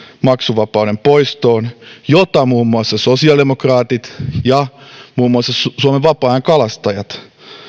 maksuvapauden poistoon jota muun muassa sosiaalidemokraatit ja muun muassa suomen vapaa ajankalastajat